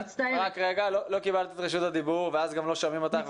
לא קיבלת את רשות הדיבור ואז גם לא שומעים אותך.